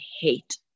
hate